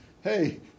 hey